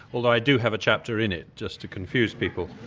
although i do have a chapter in it, just to confuse people.